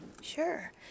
Sure